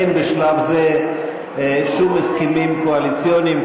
אין בשלב זה שום הסכמים קואליציוניים,